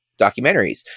documentaries